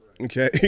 Okay